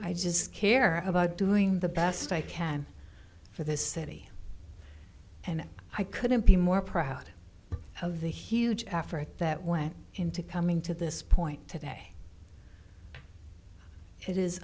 i just care about doing the best i can for this city and i couldn't be more proud of the huge effort that went into coming to this point today it is